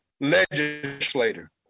legislator